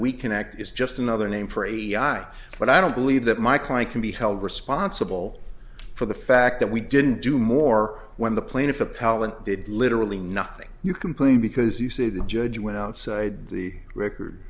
we can act is just another name for a guy but i don't believe that my client can be held responsible for the fact that we didn't do more when the plaintiff a pallant did literally nothing you complain because you say the judge went outside the record